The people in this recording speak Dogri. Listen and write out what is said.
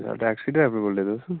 टैक्सी ड्राइवर बोल्ला दे तुस